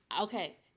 Okay